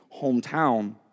hometown